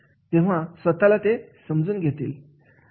ते स्वतःला समजून घेतात